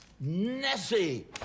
Nessie